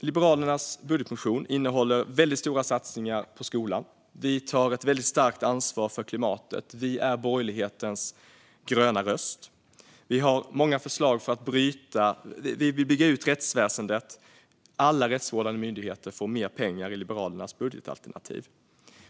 Liberalernas budgetmotion innehåller väldigt stora satsningar på skolan. Vi tar ett väldigt starkt ansvar för klimatet. Vi är borgerlighetens gröna röst. Vi vill bygga ut rättsväsendet. Alla rättsvårdande myndigheter får mer pengar i Liberalernas budgetalternativ.